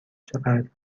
چقدر